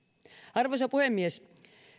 arvoisa puhemies